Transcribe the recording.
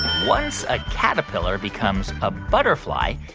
once a caterpillar becomes a butterfly,